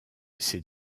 ces